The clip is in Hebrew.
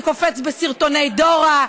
זה קופץ בסרטוני דורה,